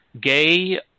gay